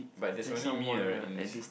but that's only me right in